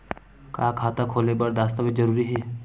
का खाता खोले बर दस्तावेज जरूरी हे?